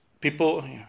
people